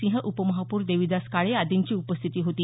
सिंह उपमहापौर देविदास काळे आदींची उपस्थिती होती